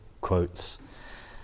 quotes